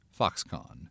Foxconn